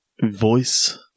voice